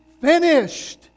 finished